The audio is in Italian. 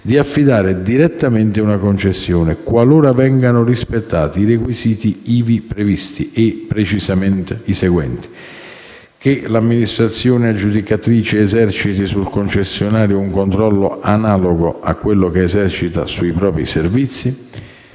di affidare direttamente una concessione, qualora vengano rispettati i requisiti ivi previsti e precisamente che: l'amministrazione aggiudicatrice eserciti sul concessionario un controllo analogo a quello che esercita sui propri servizi;